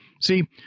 See